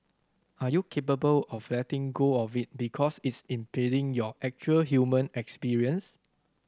are you capable of letting go of it because it's impeding your actual human experience